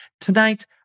Tonight